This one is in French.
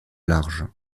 large